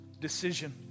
decision